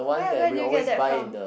where where did you get that from